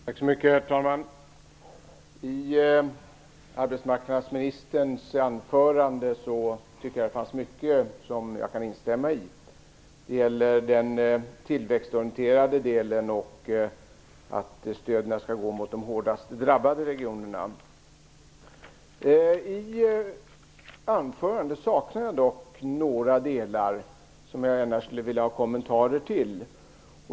Herr talman! I arbetsmarknadsministerns anförande fanns det mycket som jag kan instämma i. Det gäller den tillväxtorienterade delen och att stöden skall gå till de hårdast drabbade regionerna. Jag saknar dock några delar i anförandet, som jag gärna skulle vilja ha kommentarer till.